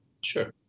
Sure